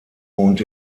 und